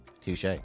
Touche